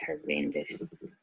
horrendous